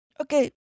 Okay